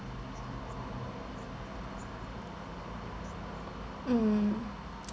mm